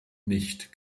nicht